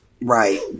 Right